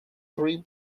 three